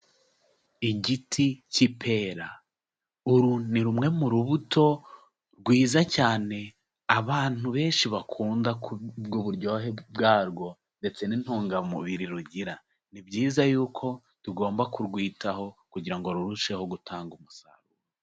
Igiti k'ipera uru ni rumwe mu rubuto rwiza cyane abantu benshi bakunda ku bw'uburyohe bwarwo ndetse n'intungamubiri rugira, ni byiza yuko tugomba kurwitaho kugira ngo rurusheho gutanga umusaruro.